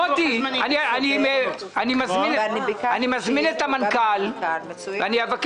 מוטי, אני מזמין את המנכ"ל --- הוא לא יבוא,